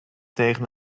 tegen